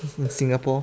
in singapore